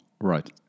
Right